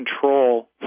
control